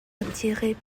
attiré